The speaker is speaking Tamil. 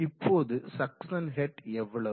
இப்போது சக்சன் ஹெட் எவ்வளவு